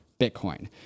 Bitcoin